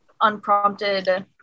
unprompted